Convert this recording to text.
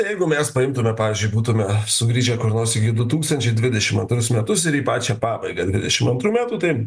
jeigu mes paimtume pavyzdžiui būtume sugrįžę kur nors iki du tūkstančiai dvidešim antrus metus ir į pačią pabaigą dvidešim antrų metų tai